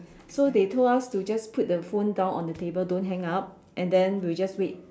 so they told us to just put the phone down on the table don't hang up and then we just wait